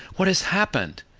what has happened?